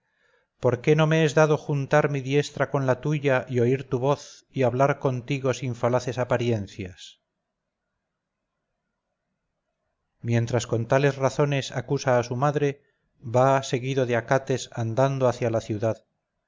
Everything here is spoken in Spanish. por qué no me es dado juntar mi diestra con la tuya y oír tu voz y hablar contigo sin falaces apariencias mientras con tales razones acusa a su madre va seguido de acates andando hacia la ciudad